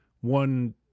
one